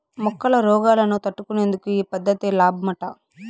మొక్కల రోగాలను తట్టుకునేందుకు ఈ పద్ధతి లాబ్మట